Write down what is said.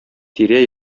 тирә